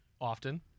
often